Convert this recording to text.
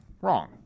wrong